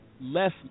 Less